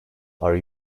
are